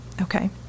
okay